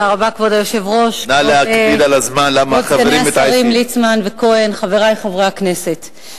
נא להקפיד על הזמן, החברים מתעייפים.